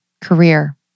career